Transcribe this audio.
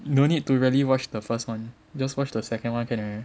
no need to really watch the first one just watch the second one can already